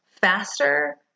faster